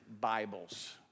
Bibles